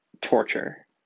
torture